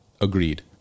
Agreed